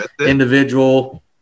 individual –